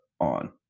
On